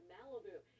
Malibu